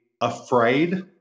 afraid